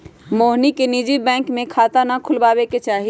मोहिनी के निजी बैंक में खाता ना खुलवावे के चाहि